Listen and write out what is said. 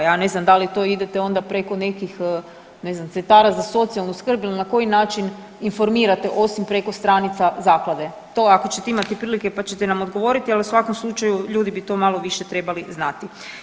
Ja ne znam da li to idete onda preko nekih ne znam centara za socijalnu skrb ili na koji način informirate osim preko stranica zaklade, to ako ćete imati prilike, pa ćete nam odgovoriti, ali u svakom slučaju ljudi bi to malo više trebali znati.